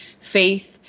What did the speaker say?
faith